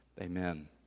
Amen